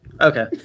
Okay